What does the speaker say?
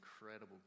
incredible